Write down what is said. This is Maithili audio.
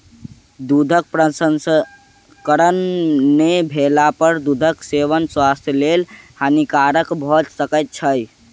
दूधक प्रसंस्करण नै भेला पर दूधक सेवन स्वास्थ्यक लेल हानिकारक भ सकै छै